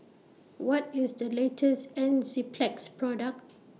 What IS The latest Enzyplex Product